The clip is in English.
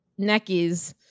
neckies